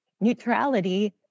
neutrality